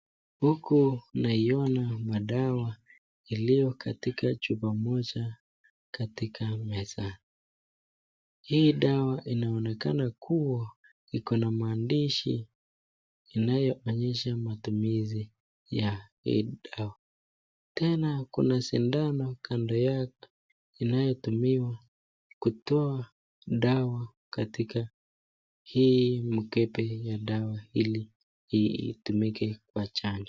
Huku naiona madawa iliyo katika chupa moja katika meza. Hii dawa inaonekana kuwa iko na maandishi yanayoonyesha matumizi ya hii dawa. Tena kuna sindano kando yake inayotumiwa kutoa dawa katika hii mkebe ya dawa ili itumike kwa chanjo.